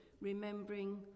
remembering